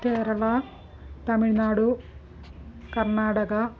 Kerala Tamil Nadu Karnataka